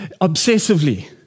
obsessively